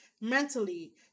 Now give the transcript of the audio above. mentally